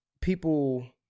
people